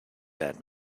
that